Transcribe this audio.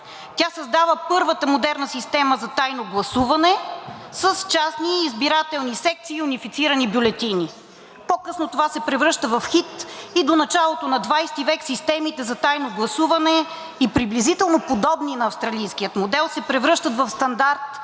Тя създава първата модерна система за тайно гласуване с частни избирателни секции и унифицирани бюлетини. По-късно това се превръща в хит и до началото на ХХ век системите за тайно гласуване и приблизително подобни на австралийския модел се превръщат в стандарт